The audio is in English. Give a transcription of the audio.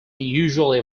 usually